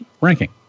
ranking